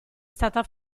stata